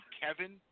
Kevin